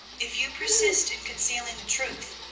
if you persist in concealing the truth,